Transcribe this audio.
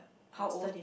how old